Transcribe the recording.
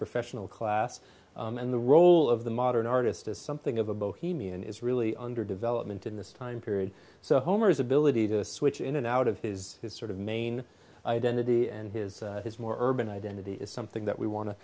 professional class and the role of the modern artist as something of a bohemian is really under development in this time period so homer's ability to switch in and out of his is sort of main identity and his is more urban identity is something that we wan